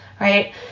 right